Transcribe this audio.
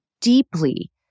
deeply